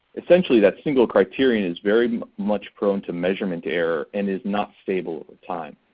essentially that single criterion is very much prone to measurement error and is not stable over time.